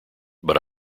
but